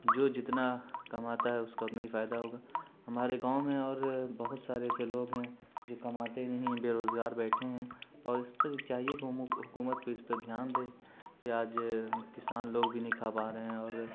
جو جتنا کماتا ہے اس کا اتنا ہی فائدہ ہوگا ہمارے گاؤں میں اور بہت سارے ایسے لوگ ہیں جو کماتے نہیں بیروزگار بیٹھے ہیں اور اس پر چاہیے کہ حکومت کو اس پر دھیان دے کہ آج کسان لوگ بھی نہیں کھا پا رہے ہیں اور